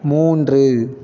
மூன்று